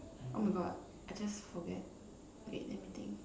oh my God I just forget wait let me think